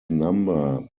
number